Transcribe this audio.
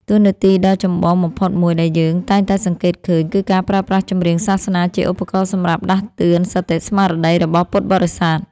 តួនាទីដ៏ចម្បងបំផុតមួយ ដែលយើងតែងតែសង្កេតឃើញ គឺការប្រើប្រាស់ចម្រៀងសាសនាជាឧបករណ៍សម្រាប់ដាស់តឿនសតិស្មារតីរបស់ពុទ្ធបរិស័ទ។